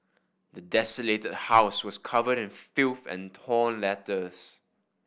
the desolated house was covered in filth and torn letters